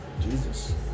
Jesus